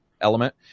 element